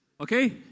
Okay